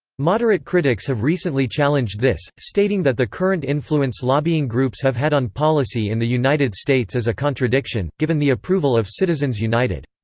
moderate critics have recently challenged this, stating that the current influence lobbying groups have had on policy in the united states is a contradiction, given the approval of citizens united.